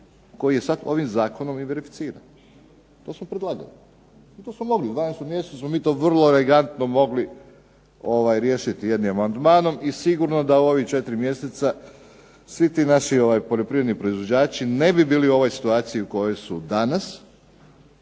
koji je sada ovim zakonom verificiran. To smo predlagali, to smo moli u 12. mjesecu vrlo elegantno mogli riješiti jednim amandmanom i sigurno da u ovih 4 mjeseca svi ti naši poljoprivredni proizvođači ne bi bili u situaciji u kojoj su danas,